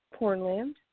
Pornland